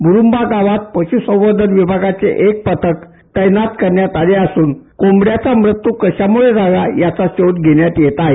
मुरुंबा गावात पशूसंवर्धन विभागाचे एक पथक तैनात करण्यात आले असून कोंबड्यांचा मृत्यू कशामुळे झाला याचा शोध घेण्यात येत आहे